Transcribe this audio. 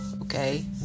okay